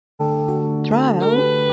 Trial